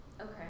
Okay